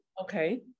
Okay